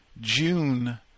June